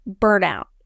burnout